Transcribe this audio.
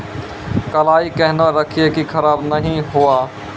कलाई केहनो रखिए की खराब नहीं हुआ?